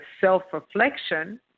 self-reflection